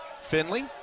Finley